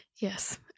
Yes